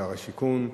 שר השיכון,